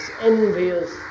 envious